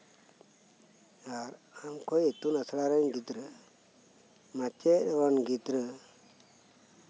ᱟᱨ ᱟᱢᱠᱷᱳᱭ ᱤᱛᱩᱱ ᱟᱥᱲᱟ ᱨᱮᱱ ᱜᱤᱫᱽᱨᱟᱹ ᱢᱟᱪᱮᱫ ᱨᱮᱱ ᱜᱤᱫᱽᱨᱟᱹ